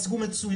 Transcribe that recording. היה סיכום מצוין,